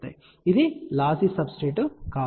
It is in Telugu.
కాబట్టి ఇది లాస్సీ సబ్స్ట్రేట్ కాదు